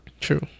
true